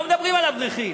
לא מדברים על אברכים.